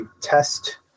test